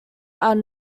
are